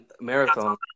Marathon